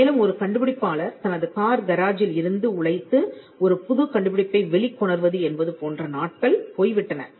மேலும் ஒரு கண்டுபிடிப்பாளர் தனது கார் கராஜ் இல் இருந்து உழைத்து ஒரு புதுக் கண்டுபிடிப்பை வெளிக்கொணர்வது என்பது போன்ற நாட்கள் போய்விட்டன